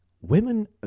women